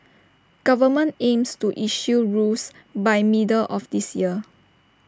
government aims to issue rules by middle of this year